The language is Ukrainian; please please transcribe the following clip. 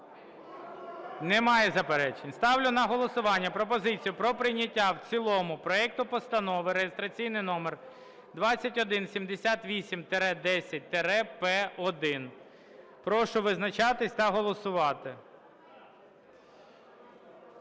Немає заперечень. Ставлю на голосування пропозицію про прийняття в цілому проекту Постанови реєстраційний номер 2178-10-П1. Прошу визначатись та голосувати.